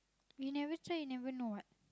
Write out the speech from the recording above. you never try you never know what